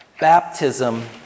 baptism